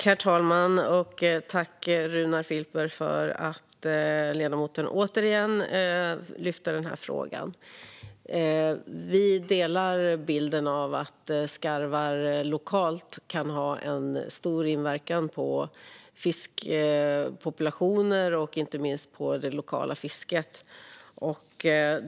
Herr talman! Tack, Runar Filper, för att du återigen lyfter denna fråga! Vi delar bilden att skarv lokalt kan ha stor inverkan på fiskpopulationer och inte minst på det lokala fisket.